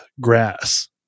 grass